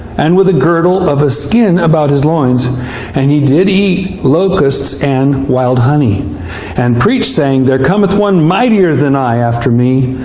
and with a girdle of a skin about his loins and he did eat locusts and wild honey seven and preached, saying, there cometh one mightier than i after me,